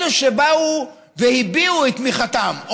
אלה שבאו והביעו את תמיכתם,